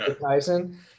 Tyson